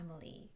family